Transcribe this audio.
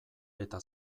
eta